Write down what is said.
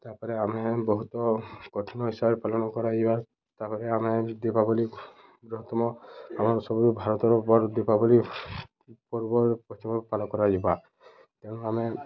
ତା'ପରେ ଆମେ ବହୁତ କଠିନ ହିସାବରେ ପାଳନ କରାଯିବା ତା'ପରେ ଆମେ ଦୀପାବଳି ବୃହତ୍ତମ ଆମର ସବୁଠୁ ଭାରତର ବଡ଼ ଦୀପାବଳି ପର୍ବ ପଶ୍ଚିମ ପାଳନ କରାଯିବା ତେଣୁ ଆମେ